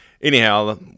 anyhow